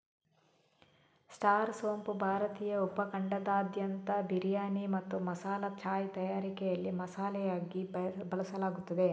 star ಸೋಂಪು ಭಾರತೀಯ ಉಪ ಖಂಡದಾದ್ಯಂತ ಬಿರಿಯಾನಿ ಮತ್ತು ಮಸಾಲಾ ಚಾಯ್ ತಯಾರಿಕೆಯಲ್ಲಿ ಮಸಾಲೆಯಾಗಿ ಬಳಸಲಾಗುತ್ತದೆ